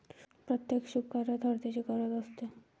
प्रत्येक शुभकार्यात हळदीची गरज असते